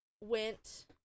went